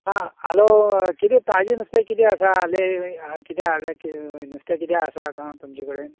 आं हॅलो कितें ताजे नुस्ते कितें आसा हाली कितें हाडला कि नुस्तें कितें आसा तुमच्या कडेन